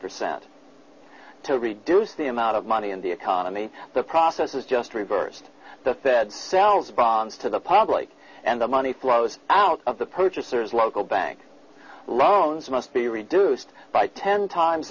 percent to reduce the amount of money in the economy the process is just reversed the fed sells bonds to the public and the money flows out of the purchasers local bank loans must be reduced by ten times